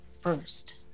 first